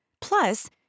Plus